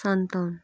सन्ताउन्न